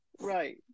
Right